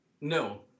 No